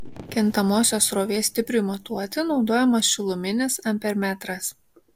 kintamosios srovės stipriui matuoti naudojamas šiluminis ampermetras